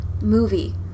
movie